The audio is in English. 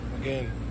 again